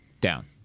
Down